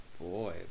Boy